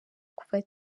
kuva